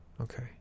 okay